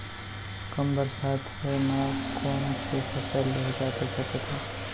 कम बरसात होए मा कौन से फसल लेहे जाथे सकत हे?